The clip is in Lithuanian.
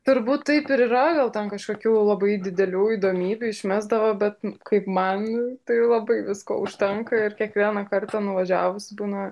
turbūt taip ir yra gal ten kažkokių labai didelių įdomybių išmesdavo bet kai man tai labai visko užtenka ir kiekvieną kartą nuvažiavus būna